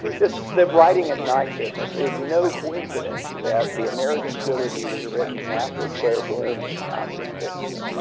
just, the writing at night business. it's no coincidence that the american trilogy was written after claire bloom was out of the picture,